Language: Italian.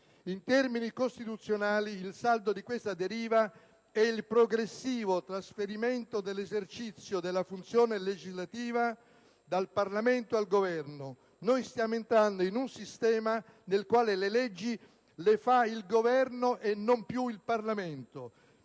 In termini costituzionali, il saldo di questa deriva è il progressivo trasferimento dell'esercizio della funzione legislativa dal Parlamento al Governo. Stiamo entrando in un sistema nel quale le leggi le fa il Governo, non più il Parlamento.